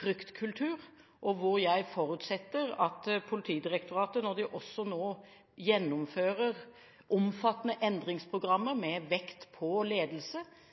fryktkultur, men jeg forutsetter at Politidirektoratet, når de nå gjennomfører omfattende endringsprogrammer med vekt på ledelse,